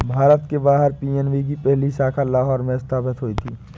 भारत के बाहर पी.एन.बी की पहली शाखा लाहौर में स्थापित हुई थी